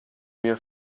mio